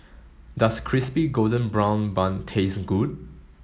does crispy golden brown bun taste good